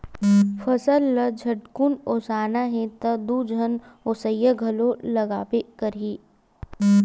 फसल ल झटकुन ओसाना हे त दू झन ओसइया घलोक लागबे करही